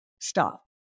stop